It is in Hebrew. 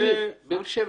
זה בעייתי.